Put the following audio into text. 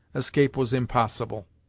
escape was impossible.